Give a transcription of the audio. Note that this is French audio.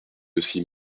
aussi